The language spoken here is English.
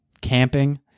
camping